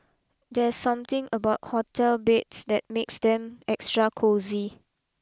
there are something about hotel beds that makes them extra cosy